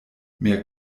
mehr